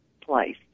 place